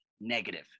Negative